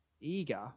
eager